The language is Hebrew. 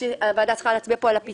אסיים לתאר במה עוסק